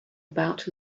about